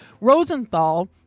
Rosenthal